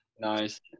Nice